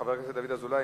חבר הכנסת דוד אזולאי,